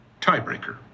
Tiebreaker